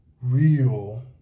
real